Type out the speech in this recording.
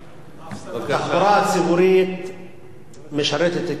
התחבורה הציבורית משרתת את כלל הציבור,